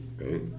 right